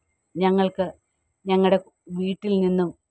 ഞങ്ങൾക്ക് ഞങ്ങളുടെ വീട്ടിൽ നിന്നും